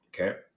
Okay